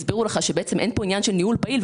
הזה הם הסבירו לך שאין כאן עניין של ניהול פעיל.